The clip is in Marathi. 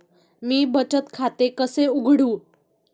मी बचत खाते कसे उघडू?